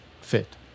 fit